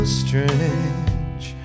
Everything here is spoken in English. strange